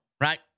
right